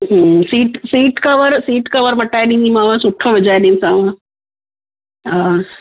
हम्म seat seat cover seat cover मटाए ॾींदीमाव सुठो विझाए ॾींदीसाव हा